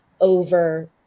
over